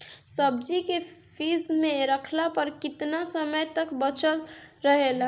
सब्जी के फिज में रखला पर केतना समय तक बचल रहेला?